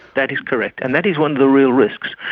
that is correct, and that is one of the real risks.